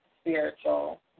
spiritual